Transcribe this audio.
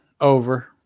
Over